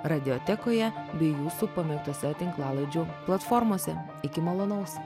radiotekoje bei jūsų pamėgtose tinklalaidžių platformose iki malonaus